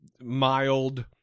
mild